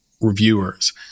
reviewers